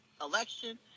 election